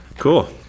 Cool